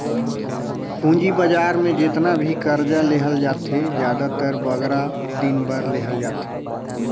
पूंजी बजार में जेतना भी करजा लेहल जाथे, जादातर बगरा दिन बर लेहल जाथे